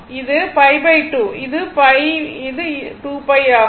இது π 2 இது π இது 2 π ஆகும்